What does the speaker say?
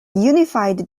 unified